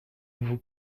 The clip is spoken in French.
vous